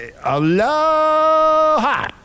Aloha